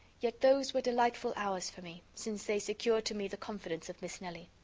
yet those were delightful hours for me, since they secured to me the confidence of miss nelly.